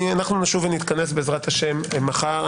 נשוב ונתכנס בעז"ה מחר.